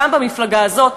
פעם במפלגה הזאת,